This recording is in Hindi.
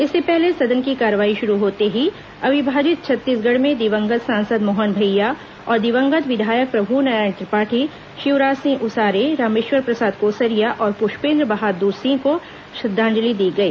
इससे पहले सदन की कार्यवाही शुरू होते ही अविभाजित छत्तीसगढ़ में दिवंगत सांसद मोहन भैया और दिवंगत विधायक प्रभुनारायण त्रिपाठी शिवराज सिंह उसारे रामेश्वर प्रसाद कोसरिया और पुष्पेन्द्र बहादुर सिंह को श्रद्वांजलि दी गई